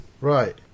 Right